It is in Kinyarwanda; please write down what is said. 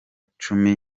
cumi